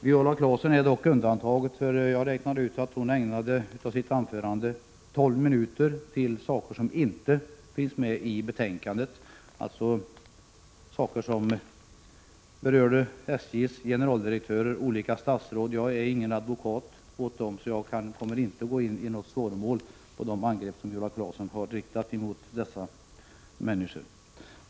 Viola Claesson är undantaget. Jag räknade ut att hon ägnade tolv minuter av sitt anförande åt saker som inte finns med i betänkandet, dvs. sådant som berör SJ:s generaldirektör och olika statsråd. Jag är ingen advokat åt dem, så jag kommer inte att gå i svaromål på de angrepp som Viola Claesson har riktat mot dem.